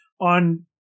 on